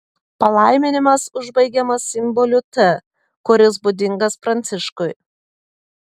palaiminimas užbaigiamas simboliu t kuris būdingas pranciškui